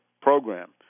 program